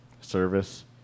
service